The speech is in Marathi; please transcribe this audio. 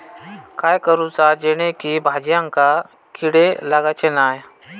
काय करूचा जेणेकी भाजायेंका किडे लागाचे नाय?